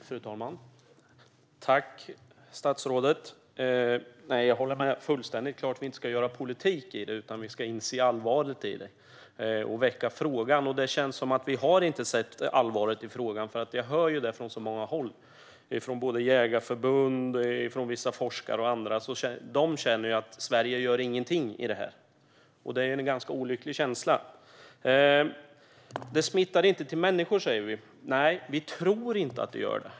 Fru talman! Tack, statsrådet! Jag håller fullständigt med. Det är klart att vi inte ska göra politik av detta, utan vi ska inse allvaret och väcka frågan. Det känns som att vi inte har insett allvaret i frågan. Jag hör det från många håll - från jägareförbund, vissa forskare och andra. De känner att Sverige inte gör någonting i fråga om detta. Det är en ganska olycklig känsla. Detta smittar inte människor, säger vi. Nej, vi tror inte att det gör det.